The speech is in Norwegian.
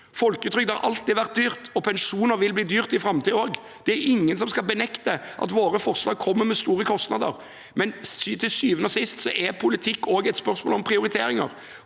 folketrygd har alltid vært dyrt, og pensjoner vil bli dyrt også i framtiden. Det er ingen som kan benekte at våre forslag kommer med store kostnader, men til syvende og sist er politikk også et spørsmål om prioriteringer.